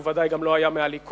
הוא ודאי גם לא היה מהליכוד.